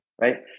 Right